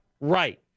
right